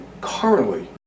currently